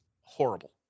horrible